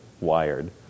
wired